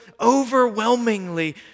overwhelmingly